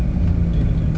betul betul betul